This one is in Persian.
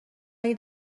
اگه